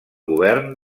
govern